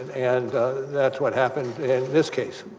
and what happened in this case